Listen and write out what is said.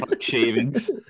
Shavings